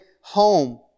home